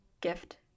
gift